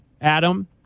Adam